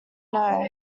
know